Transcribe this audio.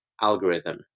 algorithm